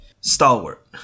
stalwart